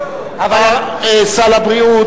סל הבריאות,